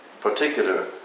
particular